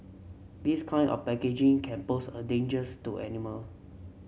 this kind of packaging can pose a dangers to animal